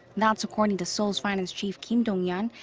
that's according to seoul's finance chief kim dong-yeon.